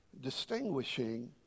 distinguishing